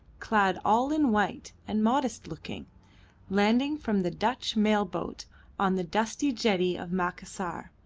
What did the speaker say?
clad all in white and modest-looking, landing from the dutch mail-boat on the dusty jetty of macassar,